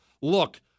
look